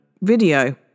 video